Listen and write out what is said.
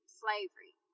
slavery